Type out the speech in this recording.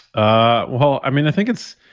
ah well, i mean, i think it's.